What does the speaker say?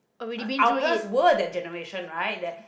uh our parents were that generations right they